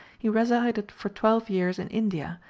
he resided for twelve years in india,